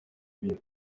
ibintu